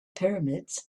pyramids